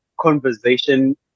conversation